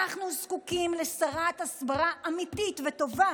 אנחנו זקוקים לשרת הסברה אמיתית וטובה